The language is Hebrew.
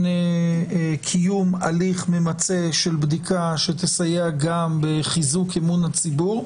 קיום הליך ממצה של בדיקה שתסייע גם בחיזוק אמון הציבור,